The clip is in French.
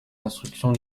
instructions